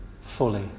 fully